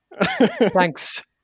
Thanks